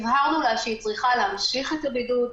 הבהרנו לה שהיא צריכה להמשיך את הבידוד,